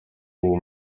uwo